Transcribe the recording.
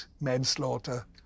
manslaughter